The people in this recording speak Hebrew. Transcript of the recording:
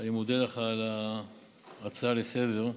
אני מודה לך על ההצעה לסדר-היום: